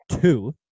two